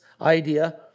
idea